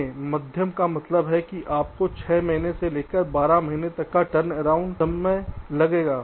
देखें माध्यम का मतलब है कि आपको 6 महीने से लेकर 12 महीने तक का टर्नअराउंड समय चाहिए